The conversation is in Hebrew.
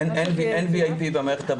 אין VIP במערכת הבריאות.